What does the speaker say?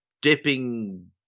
dipping